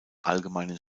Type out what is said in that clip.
allgemeinen